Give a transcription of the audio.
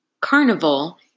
Carnival